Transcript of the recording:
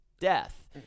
death